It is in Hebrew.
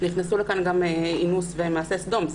נכנסו לכאן גם אינוס ומעשה סדום.